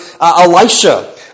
Elisha